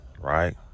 right